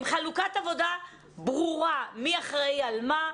עם חלוקת עבודה ברורה מי אחראי על מה,